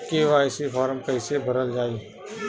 KYC form कइसे भरल जाइ?